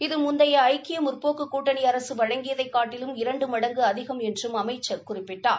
இது முந்தைய ஐக்கிய முற்போக்கு கூட்டணி அரசு வழங்கியதைக் காட்டியும் இரண்டு மடங்கு அதிகம் என்றும் அமைச்சர் குறிப்பிட்டார்